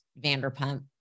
Vanderpump